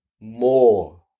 More